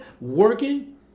working